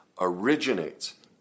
originates